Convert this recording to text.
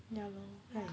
ya lor